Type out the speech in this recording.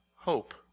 Hope